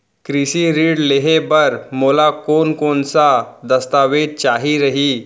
कृषि ऋण लेहे बर मोला कोन कोन स दस्तावेज चाही रही?